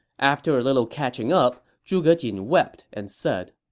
after a little catching up, zhuge jin wept and said,